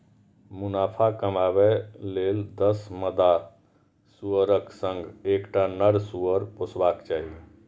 मुनाफा कमाबै लेल दस मादा सुअरक संग एकटा नर सुअर पोसबाक चाही